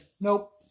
nope